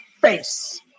face